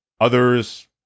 others